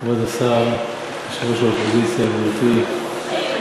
כבוד השר, יושבת-ראש האופוזיציה, גברתי,